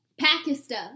Pakistan